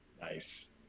Nice